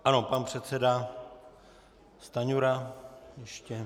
Ano, pan předseda Stanjura ještě.